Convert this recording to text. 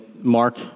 Mark